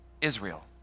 Israel